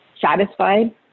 satisfied